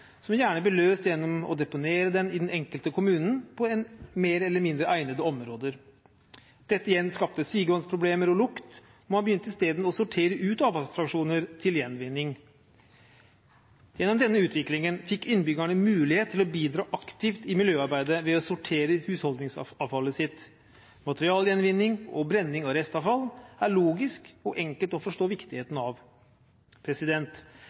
som gjerne ble løst gjennom å deponere det i den enkelte kommune på mer eller mindre egnede områder. Dette skapte igjen sigevannsproblemer og lukt, og man begynte i stedet å sortere ut avfallsfraksjoner til gjenvinning. Gjennom denne utviklingen fikk innbyggerne mulighet til å bidra aktivt i miljøarbeidet ved å sortere husholdningsavfallet sitt. Materialgjenvinning og brenning av restavfall er logisk og enkelt å forstå viktigheten av.